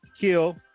Kill